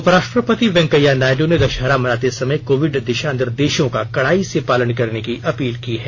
उपराष्ट्रपति वेंकैया नायडु ने दशहरा मनाते समय कोविड दिशा निर्देशों का कड़ाई से पालन करने की अपील की है